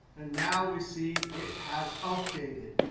and now we see it has updated.